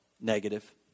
negative